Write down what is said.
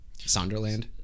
Sonderland